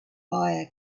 fire